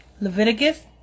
Leviticus